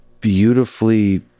beautifully